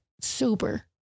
super